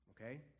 okay